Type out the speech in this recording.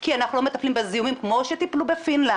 כי אנחנו לא מטפלים בזיהומים כמו שטיפלו בפינלנד,